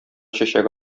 чәчәк